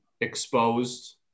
exposed –